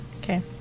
Okay